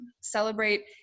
celebrate